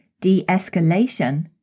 de-escalation